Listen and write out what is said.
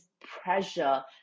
pressure